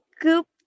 Goop